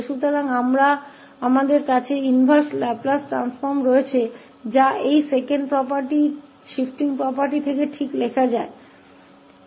तो हमारे पास इनवर्स लाप्लास परिवर्तन के लिए समकक्ष है जो वास्तव में इस दूसरी शिफ्टिंग property से लिखा जा सकता है